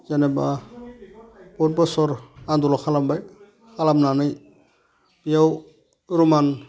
जेनोबा बहुत बसर आन्द'लन खालामबाय खालामनानै बियाव रमान